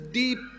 deep